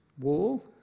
wall